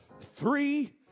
three